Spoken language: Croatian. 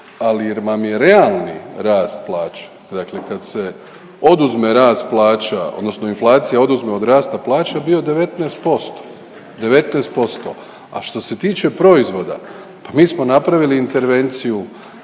Ali vam je realni rast plaće, dakle kad se oduzme rast plaća, odnosno inflacija oduzme od rasta plaća bio 19%, 19%. A što se tiče proizvoda, pa mi smo napravili intervenciju,